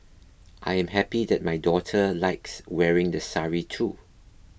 I am happy that my daughter likes wearing the sari too